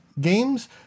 games